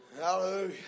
Hallelujah